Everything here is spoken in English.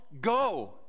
go